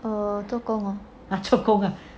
err 做工 lor